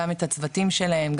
גם את הצוותים שלהם,